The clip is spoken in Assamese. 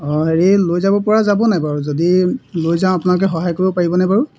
অঁ হেৰি লৈ যাব পৰা যাবনে বাৰু যদি লৈ যাওঁ আপোনালোকে সহায় কৰিব পাৰিবনে বাৰু